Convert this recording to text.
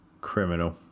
Criminal